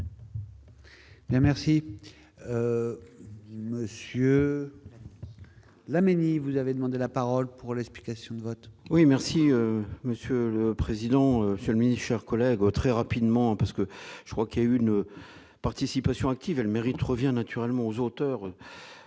Merci monsieur Laménie, vous avez demandé la parole pour l'explication de vote. Oui, merci Monsieur le Président, famille, chers collègues, au très rapidement parce que je crois qu'il y a eu une participation active, elle mérite revient naturellement aux auteurs